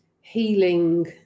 healing